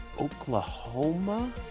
Oklahoma